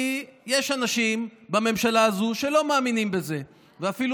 כי יש אנשים בממשלה הזאת שלא מאמינים בזה ואפילו